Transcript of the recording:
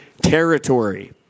territory